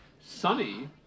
sunny